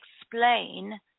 explain